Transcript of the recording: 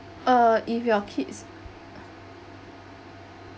uh if your kids